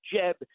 Jeb